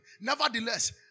Nevertheless